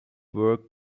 work